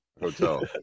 hotel